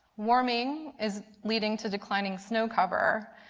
warming is leading to declining snow cover.